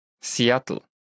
Seattle